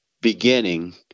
beginning